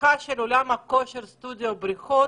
פתיחת חדרי הכושר, הסטודיו והבריכות,